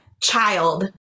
child